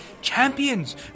champions